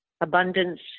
abundance